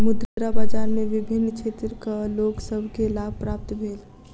मुद्रा बाजार में विभिन्न क्षेत्रक लोक सभ के लाभ प्राप्त भेल